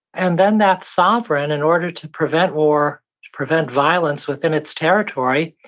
and then that sovereign, in order to prevent war, to prevent violence within its territory,